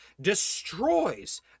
destroys